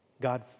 God